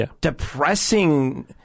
depressing